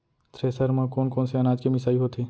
Thresher म कोन कोन से अनाज के मिसाई होथे?